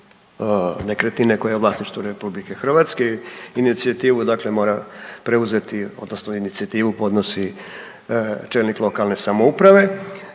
nekretnine koja je u vlasništvu RH. Inicijativu dakle mora preuzeti odnosno inicijativu podnosi čelnik lokalne samouprave.